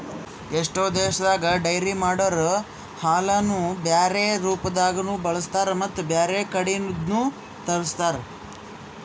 ಎಷ್ಟೋ ದೇಶದಾಗ ಡೈರಿ ಮಾಡೊರೊ ಹಾಲನ್ನು ಬ್ಯಾರೆ ರೂಪದಾಗನೂ ಬಳಸ್ತಾರ ಮತ್ತ್ ಬ್ಯಾರೆ ಕಡಿದ್ನು ತರುಸ್ತಾರ್